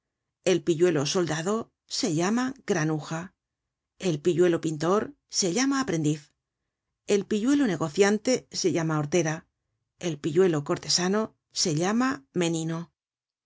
el pilludo soldado se llama granuja el pilludo pintor se llama aprendiz el pilludo negociante se llama hortera el pilludo cortesano se llama menino